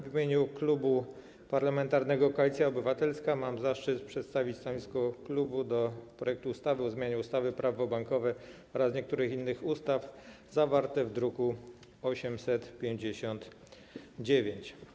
W imieniu Klubu Parlamentarnego Koalicja Obywatelska mam zaszczyt przedstawić stanowisko klubu wobec projektu ustawy o zmianie ustawy - Prawo bankowe oraz niektórych innych ustaw, druk nr 859.